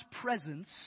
presence